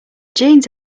jeans